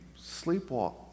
sleepwalk